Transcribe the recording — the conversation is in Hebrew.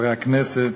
חברי הכנסת,